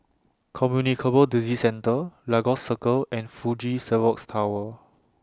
Communicable Disease Centre Lagos Circle and Fuji Xerox Tower